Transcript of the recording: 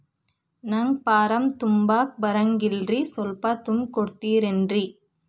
ನಂಗ ಫಾರಂ ತುಂಬಾಕ ಬರಂಗಿಲ್ರಿ ಸ್ವಲ್ಪ ತುಂಬಿ ಕೊಡ್ತಿರೇನ್ರಿ?